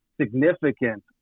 significant